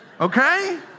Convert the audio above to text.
okay